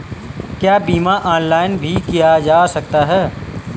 क्या बीमा ऑनलाइन भी किया जा सकता है?